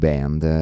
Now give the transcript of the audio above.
Band